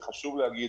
וחשוב להגיד